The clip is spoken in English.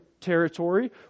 territory